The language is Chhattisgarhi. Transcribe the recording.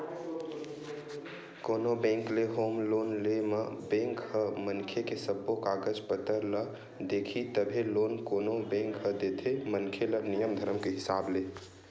कोनो बेंक ले होम लोन ले म बेंक ह मनखे के सब्बो कागज पतर ल देखही तभे लोन कोनो बेंक ह देथे मनखे ल नियम धरम के हिसाब ले